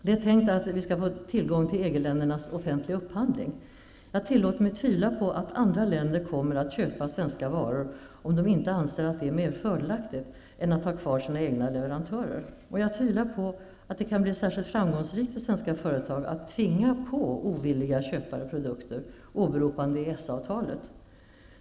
Det är tänkt att vi skall få tillgång till EG-ländernas offentliga upphandling. Jag tillåter mig tvivla på att andra länder kommer att köpa svenska varor, om de inte anser att det är mer fördelaktigt, än att ha kvar sina egna leverantörer. Och jag tvivlar på att det kan bli särskilt framgångsrikt för svenska företag att tvinga på ovilliga köpare produkter, åberopande EES-avtalet.